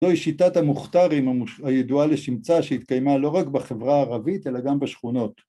‫זוהי שיטת המוכתרים הידועה לשמצה ‫שהתקיימה לא רק בחברה הערבית, ‫אלא גם בשכונות.